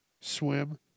swim